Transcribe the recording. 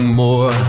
more